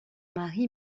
mari